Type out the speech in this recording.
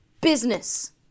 business